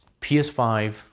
PS5